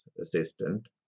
assistant